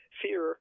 fear